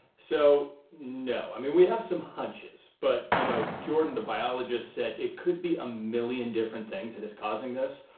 so no. i mean, we have some hunches. but, you know, jordan the biologist said it could be a million different things that is causing this.